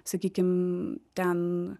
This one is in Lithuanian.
sakykim ten